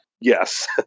Yes